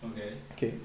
okay